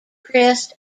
crest